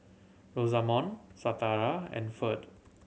Rosamond Shatara and Ferd